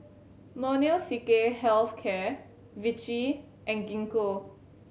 Molnylcke Health Care Vichy and Gingko